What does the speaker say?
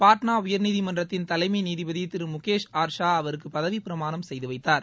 பாட்னா உயர்நீதிமன்றத்தின் தலைமை நீதிபதி திரு முகேஷ் ஆர்ஷா அவருக்கு பதவி பிராமாணம் செய்து வைத்தார்